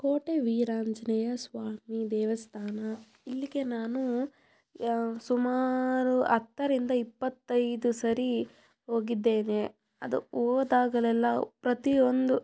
ಕೋಟೆ ವೀರಾಂಜನೇಯ ಸ್ವಾಮಿ ದೇವಸ್ಥಾನ ಇಲ್ಲಿಗೆ ನಾನು ಸುಮಾರು ಹತ್ತರಿಂದ ಇಪ್ಪತ್ತೈದು ಸಾರಿ ಹೋಗಿದ್ದೇನೆ ಅದು ಹೋದಾಗಲೆಲ್ಲ ಪ್ರತಿಯೊಂದು